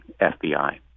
FBI